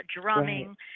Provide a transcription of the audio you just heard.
drumming